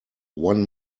one